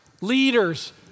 leaders